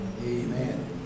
Amen